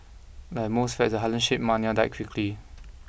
like most fads the Harlem Shake mania died quickly